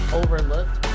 overlooked